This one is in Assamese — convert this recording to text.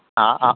অঁ অঁ